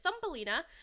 Thumbelina